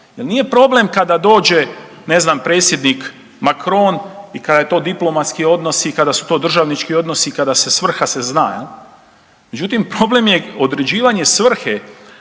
Nije problem kada dođe, ne znam predsjednik Macron i kad je to diplomatski odnos i kada su to državnički odnosi i kada se svrha zna, jel, međutim problem je određivanje svrhe